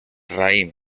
raïm